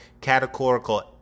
categorical